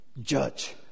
Judge